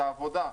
את העבודה,